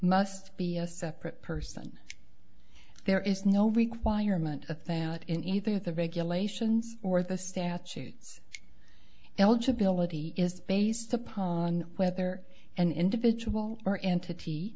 must be a separate person there is no requirement to think in either the regulations or the statutes eligibility is based upon whether an individual or entity